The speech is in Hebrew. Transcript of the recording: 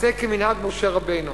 עשה כמנהג משה רבנו.